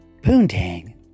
Poontang